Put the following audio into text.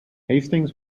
hastings